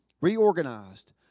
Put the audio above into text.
reorganized